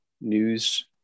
news